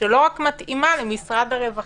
שלא מתאימה רק למשרד הרווחה,